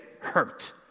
hurt